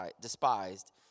despised